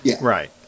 right